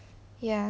ya